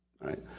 right